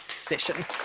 session